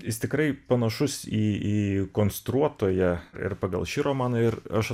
jis tikrai panašus į į konstruotoją ir pagal šį romaną ir aš